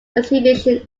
exhibition